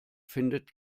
findet